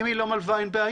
אם היא לא מלווה אין בעיה,